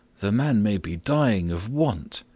the man may be dying of want,